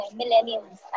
millennials